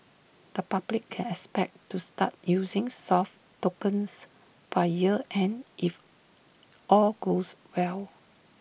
the public can expect to start using soft tokens by year end if all goes well